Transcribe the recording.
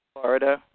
Florida